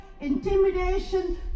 intimidation